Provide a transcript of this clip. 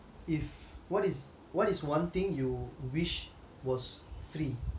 if what is what is one thing you wish was free